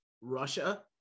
russia